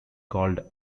called